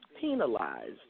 penalized